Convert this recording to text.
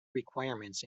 requirements